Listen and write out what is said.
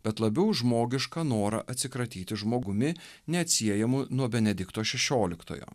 bet labiau žmogišką norą atsikratyti žmogumi neatsiejamu nuo benedikto šešioliktojo